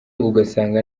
ugasanga